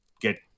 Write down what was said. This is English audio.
get